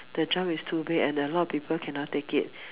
the jump is too big and a lot of people cannot take it